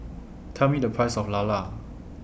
Tell Me The Price of Lala